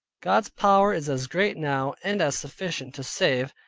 god's power is as great now, and as sufficient to save,